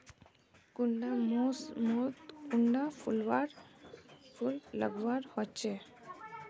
कुंडा मोसमोत कुंडा फुल लगवार होछै?